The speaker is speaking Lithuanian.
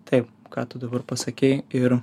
taip ką tu dabar pasakei ir